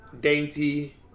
dainty